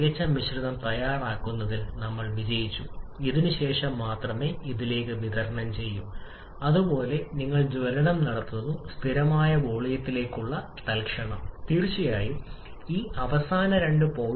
സ്ഥിരമായ വോളിയം സമയത്ത് താപത്തിന്റെ സങ്കലനം വീണ്ടും നിർദ്ദിഷ്ടമായി മാറുന്നു കാരണം അവസാന താപനിലയും മർദ്ദവും അനുയോജ്യമായ ചക്രവുമായി താരതമ്യപ്പെടുത്തുമ്പോൾ സ്ഥിരമായ വോളിയം താപ സങ്കലനത്തിന്റെ അവസാനം വളരെ കുറവാണ്